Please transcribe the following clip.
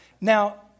Now